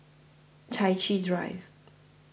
Chai Chee Drive